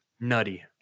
nutty